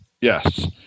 Yes